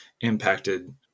impacted